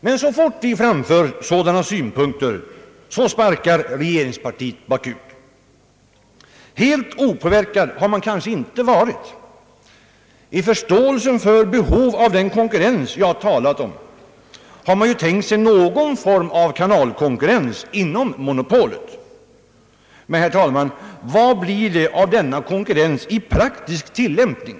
Men så fort vi framför sådana synpunkter sparkar regeringspartiet bakut. Helt opåverkad har man kanske inte varit. I förståelsen för behov av den konkurrens jag talat om har man ju tänkt sig någon form av kanalkonkurrens inom monopolet. Men, herr talman, vad blir det av denna konkurrens i praktisk tilllämpning?